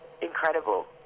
incredible